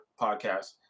podcast